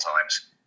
times